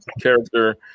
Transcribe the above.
character